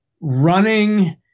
running